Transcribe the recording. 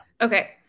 Okay